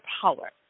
power